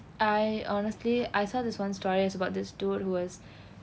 I honestly I saw this one stories about this dude who was